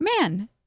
man